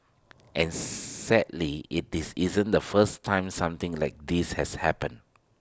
and sadly is this isn't the first time something like this has happened